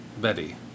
Betty